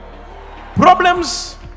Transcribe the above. problems